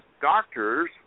doctors